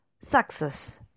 success